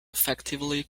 effectively